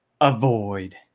avoid